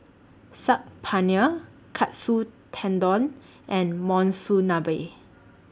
Saag Paneer Katsu Tendon and Monsunabe